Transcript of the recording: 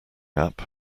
app